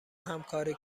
همکاری